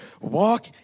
walk